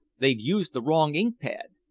they've used the wrong ink-pad!